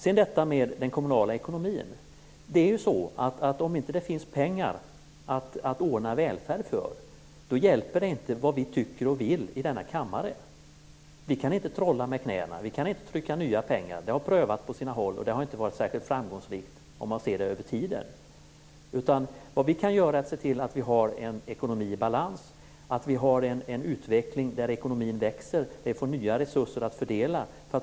Sedan har vi detta med den kommunala ekonomin. Om det inte finns pengar att ordna välfärd för hjälper det inte vad vi tycker och vill här i kammaren. Vi kan inte trolla med knäna. Vi kan inte trycka nya pengar. Det har prövats på sina håll, och det har inte varit särskilt framgångsrikt om man ser det över tiden. Vad vi kan göra är att se till att vi har en ekonomi i balans och att vi har en utveckling där ekonomin växer. Då får vi nya resurser att fördela.